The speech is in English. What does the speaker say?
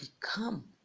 become